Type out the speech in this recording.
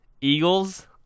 Eagles